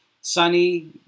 sunny